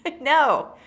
No